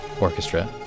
orchestra